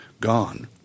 gone